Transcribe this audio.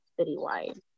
citywide